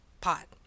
pot